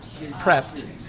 prepped